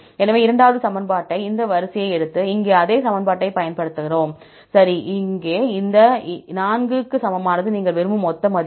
எனவே இரண்டாவது சமன்பாட்டை இந்த வரிசையை எடுத்து இங்கே அதே சமன்பாட்டைப் பயன்படுத்துகிறோம் சரி இது இந்த 4 க்கு சமமானது நீங்கள் விரும்பும் மொத்த மதிப்பு